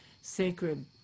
sacred